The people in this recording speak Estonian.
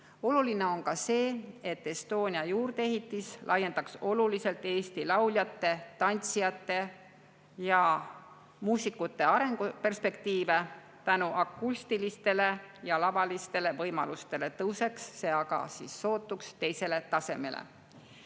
Oluline on ka see, et Estonia juurdeehitus laiendaks oluliselt Eesti lauljate, tantsijate ja muusikute arenguperspektiive. Tänu akustilistele ja lavalistele võimalustele tõuseks see sootuks teisele tasemele.